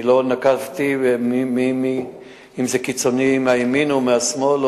לא אמרתי אם זה קיצונים מהימין או מהשמאל,